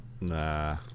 Nah